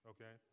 Okay